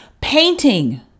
painting